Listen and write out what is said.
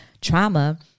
trauma